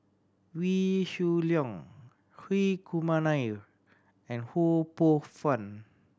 Wee Shoo Leong Hri Kumar Nair and Ho Poh Fun